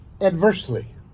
adversely